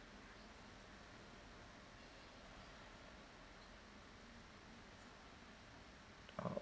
oh